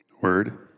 Word